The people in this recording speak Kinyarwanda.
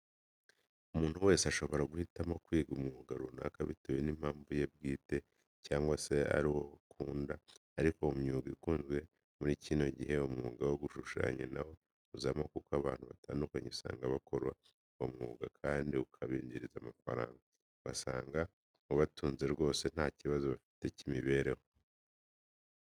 Umuntu wese ashobora guhitamo kwiga umwuga runaka bitewe n'impamvu ye bwite cyangwa se ari wo akunda, ariko mu myuga ikunzwe muri kino gihe umwuga wo gushushanya nawo uzamo kuko abantu batandukanye usanga bakora uwo mwuga kandi ukabinjiriza amafaranga, ugasanga ubatunze rwose nta kibazo bafite cy'imibereho.